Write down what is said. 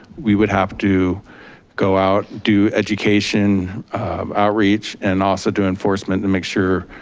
we would have to go out do education outreach and also do enforcement and make sure